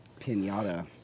pinata